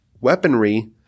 weaponry